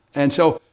and so,